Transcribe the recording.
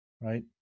right